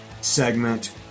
segment